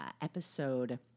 episode